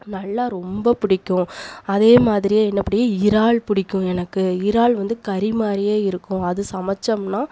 நல்லா ரொம்ப பிடிக்கும் அதே மாதிரியே என்ன அப்படி இறால் பிடிக்கும் எனக்கு இறால் வந்து கறி மாதிரியே இருக்கும் அது சமைச்சம்னா